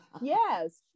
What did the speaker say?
Yes